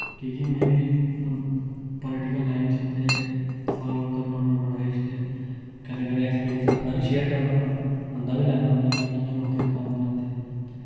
की कि में बी हून पोलिटिकल लाइन च ते फालो करना होन्ना बड़ा किश ते कदें कदें एक्सपीरियंस अपना बी शेयर करना होन्ना उं'दा बी लैन्ना होन्ना कि ओह् कि'यां लोकें दे कम्म करांदे